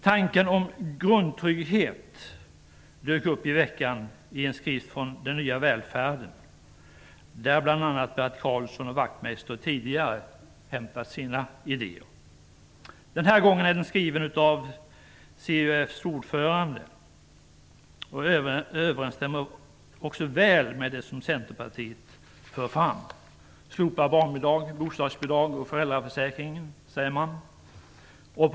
Tanken om grundtrygghet dök upp i veckan i en skrift från Den nya välfärden, där bl.a. Bert Karlsson och Wachtmeister tidigare har hämtat sina idéer. Den här gången är den skriven av CUF:s ordförande och överensstämmer väl med det som Centerpartiet för fram. Man säger att barnbidraget, bostadsbidraget och föräldraförsäkringen skall slopas.